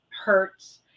hurts